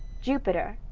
jupiter,